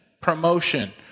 Promotion